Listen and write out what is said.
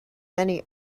many